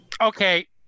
Okay